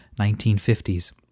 1950s